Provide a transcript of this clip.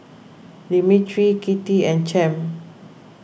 Demetri Kitty and Champ